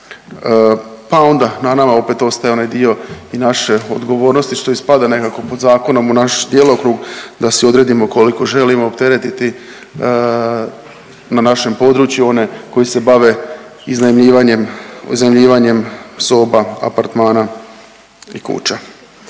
Pa onda na nama opet ostaje onaj dio i naše odgovornosti što ispada nekako po zakonu u naš djelokrug, da si odredimo koliko želimo opteretiti na našem području one koji se bave iznajmljivanjem soba, apartmana i kuća.